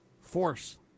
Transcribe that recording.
force